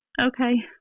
okay